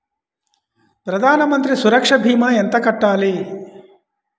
ప్రధాన మంత్రి సురక్ష భీమా ఎంత కట్టాలి?